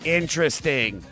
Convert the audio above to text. interesting